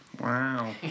Wow